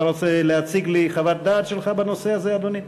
אתה רוצה להציג לי חוות דעת שלך בנושא הזה, אדוני?